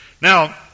Now